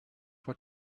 what